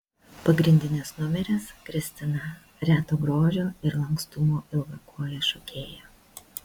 pagrindinis numeris kristina reto grožio ir lankstumo ilgakojė šokėja